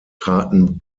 traten